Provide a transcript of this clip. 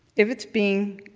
if it's being